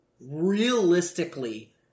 realistically